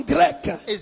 Greek